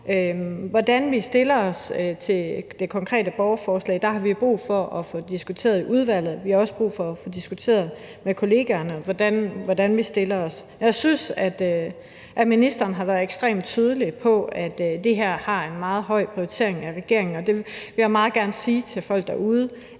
hvordan vi stiller os til det konkrete borgerforslag, har vi brug for at få diskuteret det i udvalget, og vi har også brug for at få det diskuteret med kollegaerne. Jeg synes, at ministeren har været ekstremt tydelig om, at det her har en meget høj prioritering hos regeringen, og jeg vil meget gerne sige til folk derude,